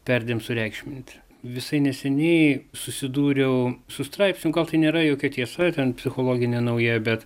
perdėm sureikšminti visai neseniai susidūriau su straipsniu gal tai nėra jokia tiesa ten psichologinė nauja bet